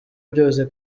byose